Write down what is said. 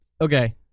okay